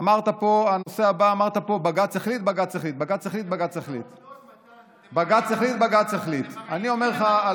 ובתור אחד שלמד תורה, אני יודע